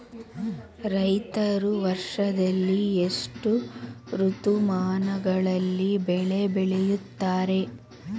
ರೈತರು ವರ್ಷದಲ್ಲಿ ಎಷ್ಟು ಋತುಮಾನಗಳಲ್ಲಿ ಬೆಳೆ ಬೆಳೆಯುತ್ತಾರೆ?